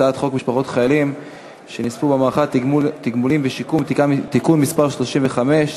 הצעת חוק משפחות חיילים שנספו במערכה (תגמולים ושיקום) (תיקון מס' 35),